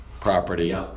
property